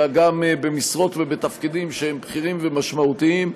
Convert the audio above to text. אלא גם במשרות ובתפקידים בכירים ומשמעותיים,